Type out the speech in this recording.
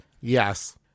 Yes